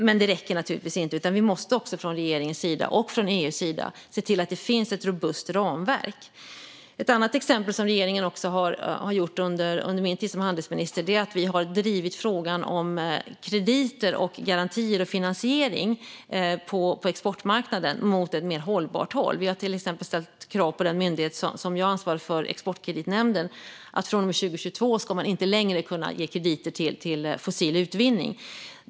Men det räcker naturligtvis inte, utan vi måste också från regeringens sida och från EU:s sida se till att det finns ett robust ramverk. Ett annat exempel som regeringen gjort under min tid som handelsminister är att vi har drivit frågan om krediter, garantier och finansiering på exportmarknaden mot ett mer hållbart håll. Vi har till exempel ställt krav på den myndighet som är ansvarig för Exportkreditnämnden, som från och med 2022 inte längre ska kunna ge krediter till fossil utvinning.